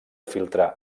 filtrar